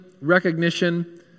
recognition